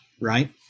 right